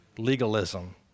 legalism